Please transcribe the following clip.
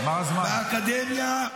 באקדמיה,